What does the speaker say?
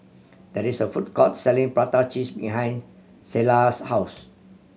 there is a food court selling prata cheese behind Sheilah's house